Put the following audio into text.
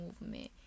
movement